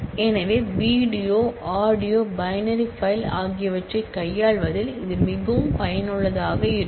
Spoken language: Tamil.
எனவே வீடியோஆடியோ பைனரி பைல் ஆகியவற்றைக் கையாள்வதில் இது மிகவும் பயனுள்ளதாக இருக்கும்